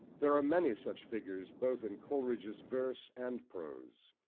there are many such figures both in coleridge's verse and prose.